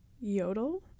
yodel